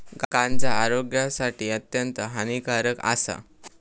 गांजा आरोग्यासाठी अत्यंत हानिकारक आसा